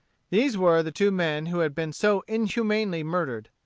these were the two men who had been so inhumanly murdered.